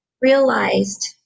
realized